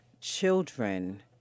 children